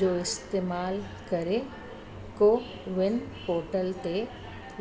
जो इस्तेमाल करे को विन पोर्टल ते